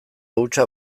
hutsa